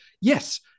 yes